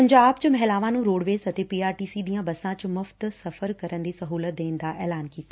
ਪੰਜਾਬ ਚ ਮਹਿਲਾਵਾਂ ਨੂੰ ਪੰਜਾਬ ਰੋਡਵੇਜ਼ ਅਤੇ ਪੀ ਆਰ ਟੀ ਸੀ ਦੀਆਂ ਬੱਸਾਂ ਚ ਮੁਫ਼ਤ ਸਫ਼ਰ ਦੀ ਸਹੁਲਤ ਦੇਣ ਦਾ ਐਲਾਨ ਕੀਤਾ